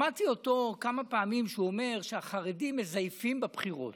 שמעתי אותו כמה פעמים אומר שהחרדים מזייפים בבחירות,